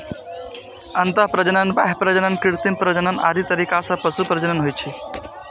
अंतः प्रजनन, बाह्य प्रजनन, कृत्रिम प्रजनन आदि तरीका सं पशु प्रजनन होइ छै